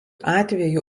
atveju